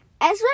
Ezra